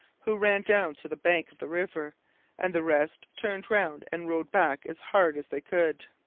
who ran down to the bank of the river and the rest turned round and rowed back as hard as they could.